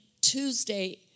Tuesday